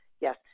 Yes